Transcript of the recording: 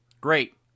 great